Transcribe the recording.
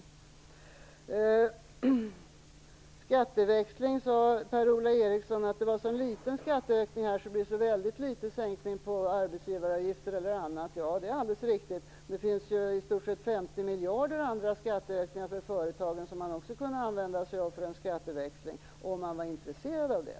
Per-Ola Eriksson sade att skatteväxlingen var så liten att den medför en väldigt liten sänkning av arbetsgivaravgifter och annat. Ja, det är alldeles riktigt, men det finns ju i stort sett 50 miljarder andra skatteökningar för företagen som man också kunde använda sig av för en skatteväxling - om man var intresserad av det.